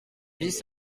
bis